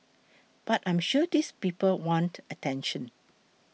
but I'm sure these people want attention